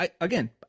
Again